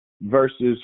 versus